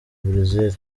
brazil